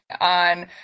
on